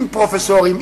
עם פרופסורים,